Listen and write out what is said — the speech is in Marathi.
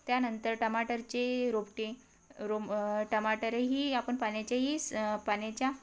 त्यानंतर टमाटरचे रोपटे रोम टमाटरही आपण पाण्याच्याही स पा पाण्याच्या